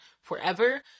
forever